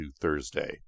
Thursday